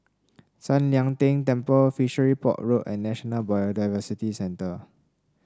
San Lian Deng Temple Fishery Port Road and National Biodiversity Centre